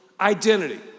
identity